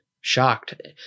shocked